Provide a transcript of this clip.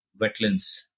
wetlands